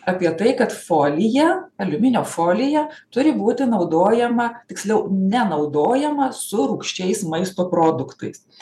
apie tai kad folija aliuminio folija turi būti naudojama tiksliau nenaudojama su rūgščiais maisto produktais